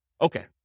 Okay